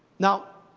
now